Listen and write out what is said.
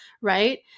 right